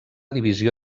divisió